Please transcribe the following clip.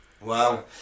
Wow